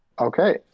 Okay